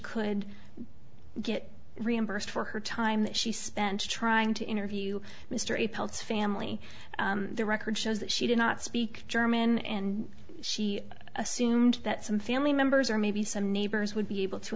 could get reimbursed for her time that she spent trying to interview mr apelles family the record shows that she did not speak german and she assumed that some family members or maybe some neighbors would be able to